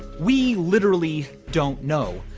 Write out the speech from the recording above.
we literally don't know.